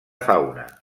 fauna